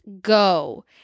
go